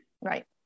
Right